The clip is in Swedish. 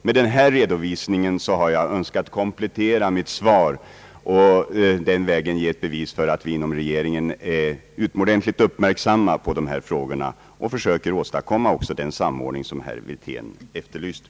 Med denna redovisning har jag önskat komplettera mitt svar och ge ett bevis för att vi inom regeringen är utomordentligt uppmärksamma på dessa frågor och försöker åstadkomma den samordning som herr Wirtén efterlyste.